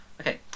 okay